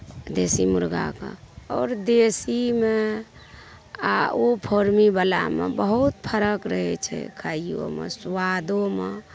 देशी मुर्गा कऽ आओर देशीमे आ ओ फौर्मी बलामे बहुत फरक रहै छै खाइयोमे सुआदोमे